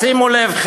שימו לב,